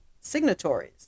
signatories